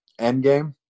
Endgame